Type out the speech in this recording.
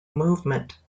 movement